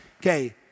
Okay